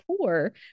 poor